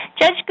Judge